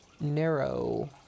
narrow